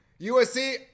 USC